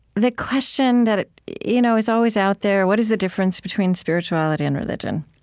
the question that you know is always out there what is the difference between spirituality and religion?